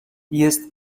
jest